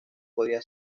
podría